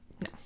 no